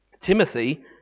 Timothy